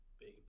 Big